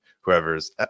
whoever's